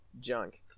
junk